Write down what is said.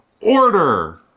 Order